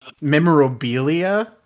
memorabilia